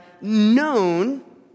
known